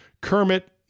Kermit